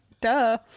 Duh